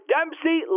Dempsey